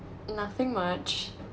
nothing much